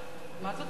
מה זאת אומרת?